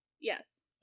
yes